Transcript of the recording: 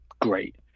great